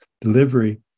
delivery